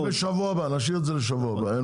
זה בשבוע הבא, נשאיר את זה לשבוע הבא.